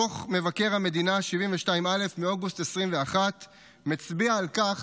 דוח מבקר המדינה 72א מאוגוסט 2021 מצביע על כך